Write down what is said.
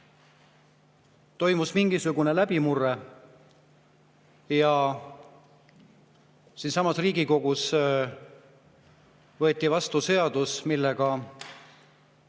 Toimus mingisugune läbimurre ja siinsamas Riigikogus võeti vastu seadus, millega